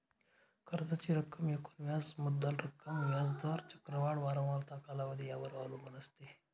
कर्जाची रक्कम एकूण व्याज मुद्दल रक्कम, व्याज दर, चक्रवाढ वारंवारता, कालावधी यावर अवलंबून असते